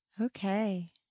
Okay